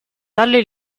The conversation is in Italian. tale